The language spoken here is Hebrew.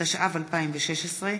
התשע"ו 2016,